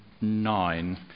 nine